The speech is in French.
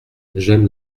j’aime